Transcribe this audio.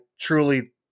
truly